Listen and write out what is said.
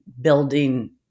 building